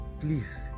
please